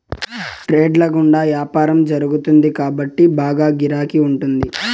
trades ల గుండా యాపారం జరుగుతుంది కాబట్టి బాగా గిరాకీ ఉంటాది